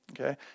Okay